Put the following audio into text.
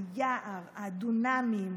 היער, הדונמים,